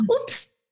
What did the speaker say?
oops